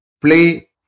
play